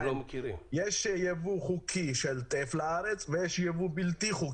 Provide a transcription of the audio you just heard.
יש יבוא חוקי של טף לארץ ויש יבוא בלתי חוקי.